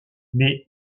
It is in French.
mais